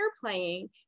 playing